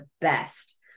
best